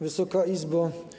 Wysoka Izbo!